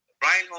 Brian